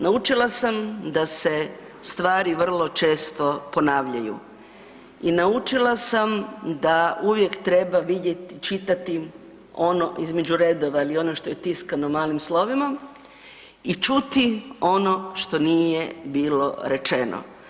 Naučila sam da se stvari vrlo često ponavljaju i naučila sam da uvijek treba čitati ono između redova ili ono što je tiskano malim slovima i čuti ono što nije bilo rečeno.